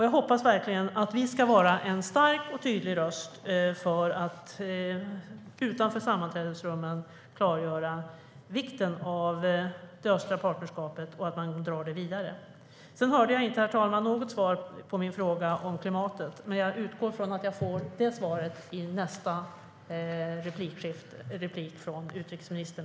Jag hoppas verkligen att vi ska vara en stark och tydlig röst för att utanför sammanträdesrummen klargöra vikten av det östliga partnerskapet och att man drar det vidare. Jag hörde inte något svar på min fråga om klimatet, herr talman, men jag utgår från att jag får det svaret i nästa replik från utrikesministern.